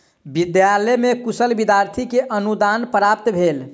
विद्यालय में कुशल विद्यार्थी के अनुदान प्राप्त भेल